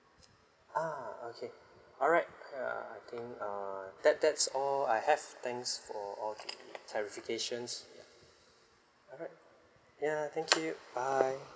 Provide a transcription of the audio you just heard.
ah okay all right uh I think uh that that's all I have thanks for the clarifications ya all right ya thank you bye